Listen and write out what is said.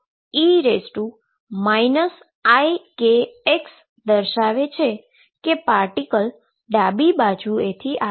Be ikx દર્શાવે છે કે પાર્ટીકલ ડાબી બાજુએથી આવે છે